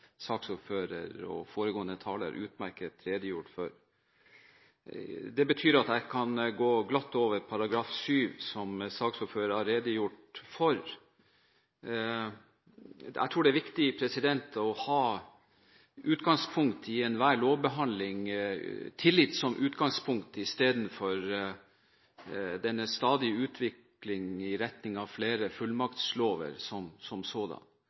saksordfører og foregående taler redegjort utmerket for. Det betyr at jeg kan gå glatt over § 7, som saksordføreren har redegjort for. I enhver lovbehandling tror jeg det er viktig å ha tillit som utgangspunkt istedenfor denne stadige utvikling i retning av flere fullmaktslover. Skal du løse et problem, må det jo eksistere et problem. Jeg tror det er viktig